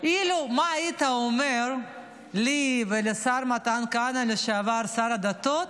מה היית אומר לי ולשר מתן כהנא, לשעבר שר הדתות,